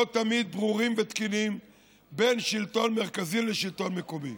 לא תמיד ברורים ותקינים בין שלטון מרכזי לשלטון מקומי.